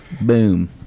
Boom